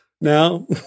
now